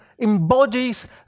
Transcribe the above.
embodies